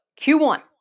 Q1